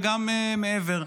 וגם מעבר.